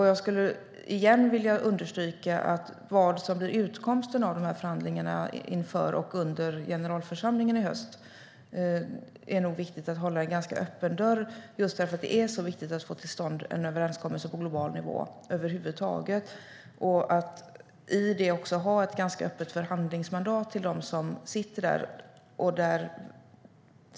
Jag skulle åter vilja understryka att det nog är viktigt att hålla en ganska öppen dörr för vad som blir utgången av förhandlingarna inför och under generalförsamlingen i höst, eftersom det är så viktigt att över huvud taget få till stånd en överenskommelse på global nivå. Det behövs ett ganska öppet förhandlingsmandat till dem som sitter där.